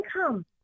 income